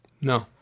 No